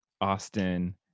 Austin